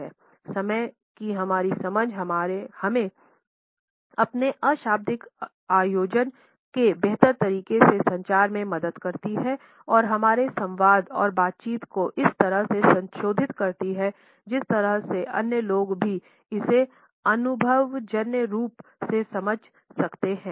समय की हमारी समझ हमें अपने अशाब्दिक आयोजन के बेहतर तरीके से संचार में मदद करती है और हमारे संवाद और बातचीत को इस तरह से संशोधित करती हैं जिस तरह से अन्य लोग भी इसे अनुभवजन्य रूप से समझ सकते हैं